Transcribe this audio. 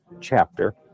chapter